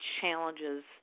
challenges